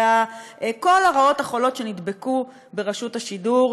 כל הרעות החולות שנדבקו ברשות השידור,